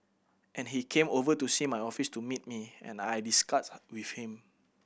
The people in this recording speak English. and he came over to see my office to meet me and I discussed with him